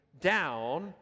down